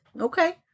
Okay